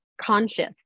conscious